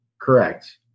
Correct